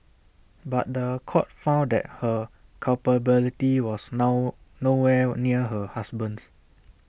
but The Court found that her culpability was now nowhere near her husband's